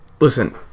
Listen